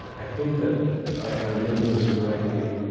i think that, if i remember this correctly,